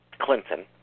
Clinton